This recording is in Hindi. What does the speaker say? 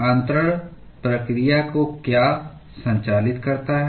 अन्तरण प्रक्रिया को क्या संचालित करता है